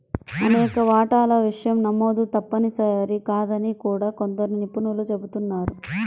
అనేక వాటాల విషయం నమోదు తప్పనిసరి కాదని కూడా కొందరు నిపుణులు చెబుతున్నారు